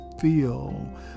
Feel